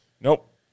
Nope